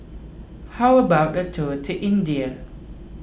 how about a tour to India